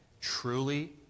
Truly